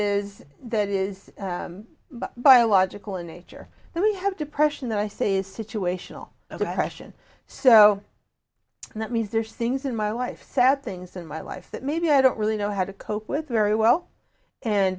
is that is biological in nature and we have depression that i say is situational depression so that means there's things in my life sad things in my life that maybe i don't really know how to cope with very well and